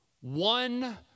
one